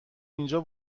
اینجا